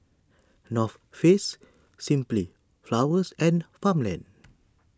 North Face Simply Flowers and Farmland